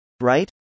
Right